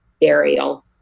burial